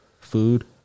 Food